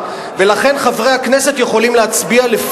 לאחר מכן אנחנו נעבור להצבעה.